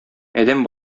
адәм